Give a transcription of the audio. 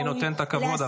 אני נותן את הכבוד,